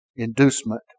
inducement